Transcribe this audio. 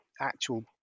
actual